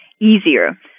easier